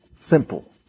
simple